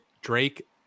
Drake